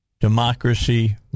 Democracy